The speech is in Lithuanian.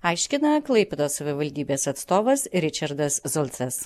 aiškina klaipėdos savivaldybės atstovas ričardas zulcas